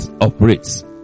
operates